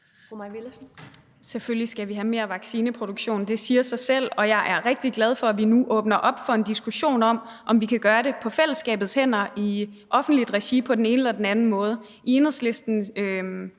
Mai Villadsen (EL): Selvfølgelig skal vi have en øget vaccineproduktion – det siger sig selv – og jeg er rigtig glad for, at vi nu åbner op for en diskussion om, om vi kan gøre det på fællesskabets hænder i offentligt regi på den ene eller den anden måde.